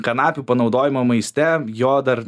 kanapių panaudojimo maiste jo dar